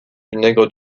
vinaigre